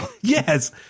yes